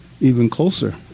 even-closer